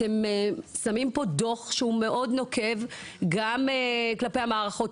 אתם שמים פה דוח מאוד נוקב גם כלפי המערכות,